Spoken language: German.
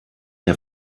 der